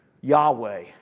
Yahweh